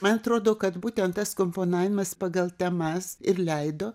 man atrodo kad būtent tas komponavimas pagal temas ir leido